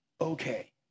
okay